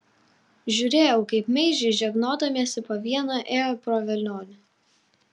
žiūrėjau kaip meižiai žegnodamiesi po vieną ėjo pro velionį